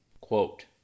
Quote